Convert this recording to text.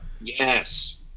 Yes